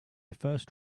first